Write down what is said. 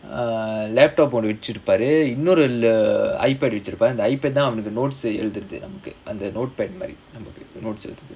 err laptop ஒன்னு வெச்சுருப்பரு இன்னொரு:onnu vechuruppaaru innoru iPad வெச்சுருப்பரு அந்த:vechurupparu antha iPad தான் அவனுக்கு:thaan avanukku notes எழுதுறது நமக்கு அந்த:eluthurathu namakku antha notepad மாரி:maari